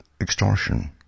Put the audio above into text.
extortion